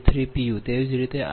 0063 p